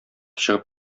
чыгып